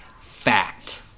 fact